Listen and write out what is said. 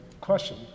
Question